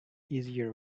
easier